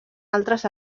altres